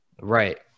Right